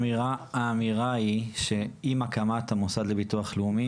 האמירה היא שעם הקמת המוסד לביטוח לאומי,